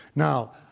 now,